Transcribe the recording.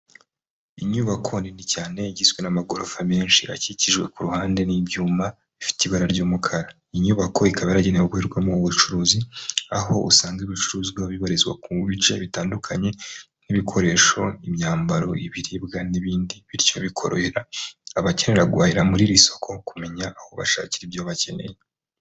Inyubako nini cyane igizwe n'amagorofa menshi akikijwe ku ruhande n'ibyuma bifite ibara ry'umukara. Iyi nyubako ikaba yaragenewe gukorerwamo ubucuruzi, aho usanga ibicuruzwa bibarizwa ku bice bitandukanye nk'ibikoresho, imyambaro, ibiribwa, n'ibindi. Bityo bikorohera abakenera guhahira muri iri soko kumenya aho bashakira ibyo bakeneye.